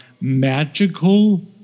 magical